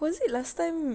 but is it last time